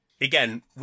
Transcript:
again